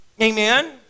Amen